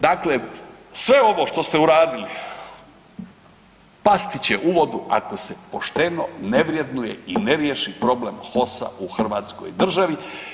Dakle, sve ovo što ste uradili pasti će uvodu ako se pošteno ne vrednuje i riješi problem HOS-a u hrvatskoj državi.